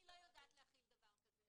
אני לא יודעת להחיל דבר כזה.